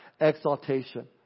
exaltation